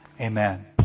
amen